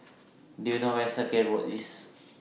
Do YOU know Where IS Circuit Road